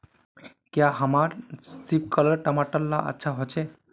क्याँ हमार सिपकलर टमाटर ला अच्छा होछै?